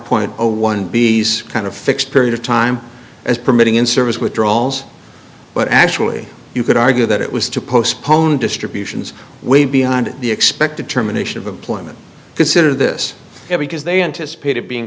zero one b s kind of fixed period of time as permitting in service withdrawals but actually you could argue that it was to postpone distributions way beyond the expected terminations of employment consider this ever because they anticipated being